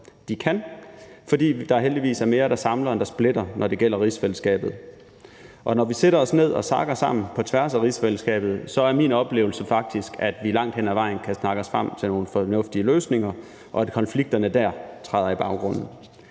de kan, for der er heldigvis mere, der samler, end der splitter, når det gælder rigsfællesskabet. Og når vi sætter os ned og snakker sammen på tværs af rigsfællesskabet, er det faktisk min oplevelse, at vi langt hen ad vejen kan snakke os frem til nogle fornuftige løsninger, og at konflikterne dér træder i baggrunden.